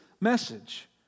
message